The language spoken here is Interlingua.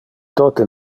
tote